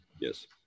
yes